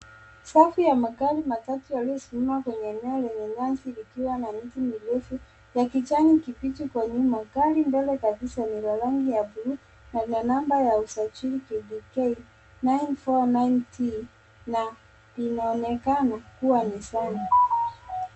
Safu ya magari matatu yaliyosimama kwenye eneo lenye nyasi likiwa na miti mirefu ya kijani kibichi kwa nyuma. Gari mbele kabisa lina rangi ya blue yenye namba ya usajili k9409t na inaonekana kuwa ni safi.